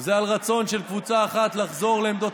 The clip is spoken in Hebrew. זה על רצון של קבוצה אחת לחזור לעמדות